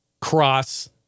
cross